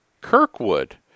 Kirkwood